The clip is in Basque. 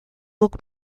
guk